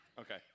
Okay